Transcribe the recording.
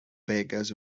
bakers